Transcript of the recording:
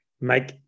make